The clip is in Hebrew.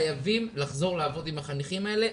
חייבים לחזור לעבוד עם החניכים האלה,